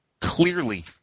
Clearly